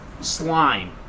slime